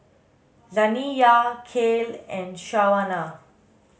Zaniyah Kale and Shawnna